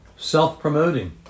Self-promoting